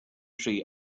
tree